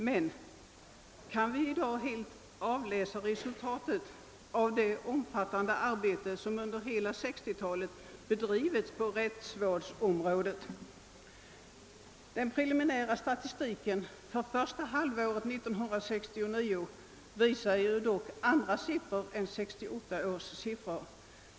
Men frågan är om vi inte i dag kan avläsa resultatet av det omfattande arbete, som under hela 1960-talet bedrivits på rättsvårdsområdet, Den preliminära statistiken för första halvåret 1969 visar nämligen lägre siffror än vad som redovisades under samma tid 1968.